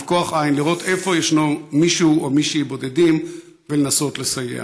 לראות איפה ישנם מישהו או מישהי בודדים ולנסות לסייע.